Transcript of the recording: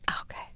Okay